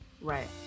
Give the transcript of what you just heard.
right